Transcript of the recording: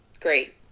great